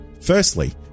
Firstly